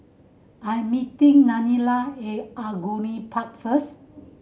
I'm meeting Danelle A Angullia Park first